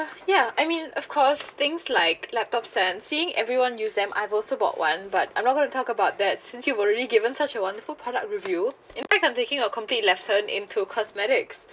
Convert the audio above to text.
ya I mean of course things like laptops and seeing everyone use them I've also got one but I'm not going to talk about that since you've already given such a wonderful product review in fact I'm thinking of complete lesson into cosmetics